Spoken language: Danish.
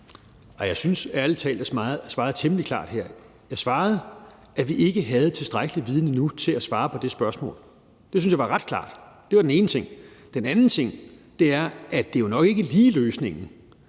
Jeg synes ærlig talt, jeg svarede temmelig klart her. Jeg svarede, at vi ikke havde tilstrækkelig viden endnu til at svare på det spørgsmål. Det synes jeg var ret klart. Det var den ene ting. Den anden ting er, at det jo nok ikke lige er løsningen